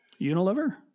Unilever